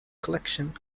collections